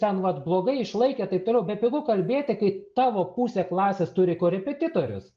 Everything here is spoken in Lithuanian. ten vat blogai išlaikė taip toliau bepigu kalbėti kai tavo pusė klasės turi korepetitorius